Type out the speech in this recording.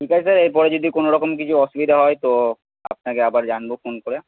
ঠিক আছে স্যার এরপরে যদি কোনোরকম কিছু অসুবিধা হয় তো আপনাকে আবার জানবো ফোন করে